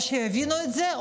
או שיבינו את זה,